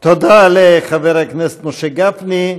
תודה רבה, חבר הכנסת גפני.